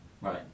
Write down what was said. Right